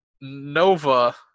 Nova